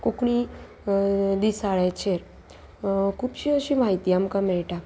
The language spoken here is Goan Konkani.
कोंकणी दिसाळेचेर खुबशी अशी म्हायती आमकां मेळटा